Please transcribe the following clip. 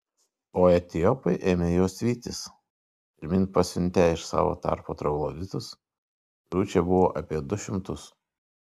o etiopai ėmė juos vytis pirmyn pasiuntę iš savo tarpo trogloditus kurių čia buvo apie du šimtus